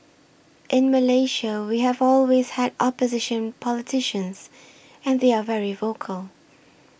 in Malaysia we have always had opposition politicians and they are very vocal